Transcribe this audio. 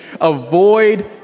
Avoid